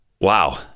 Wow